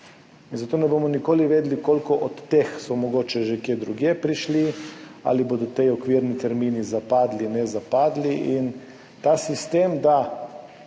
Zato ne bomo nikoli vedeli, koliko od teh je mogoče že kje drugje prišlo [na vrsto], ali bodo ti okvirni termini zapadli, nezapadli. Ta sistem, da